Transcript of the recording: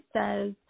says